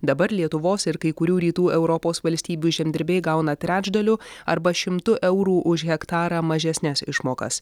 dabar lietuvos ir kai kurių rytų europos valstybių žemdirbiai gauna trečdaliu arba šimtu eurų už hektarą mažesnes išmokas